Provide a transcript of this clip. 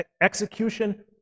execution